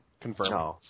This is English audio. Confirm